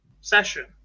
session